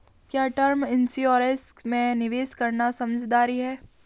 क्या term insurance में निवेश करना समझदारी है?